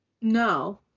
No